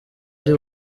ari